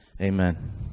Amen